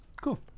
cool